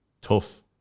tough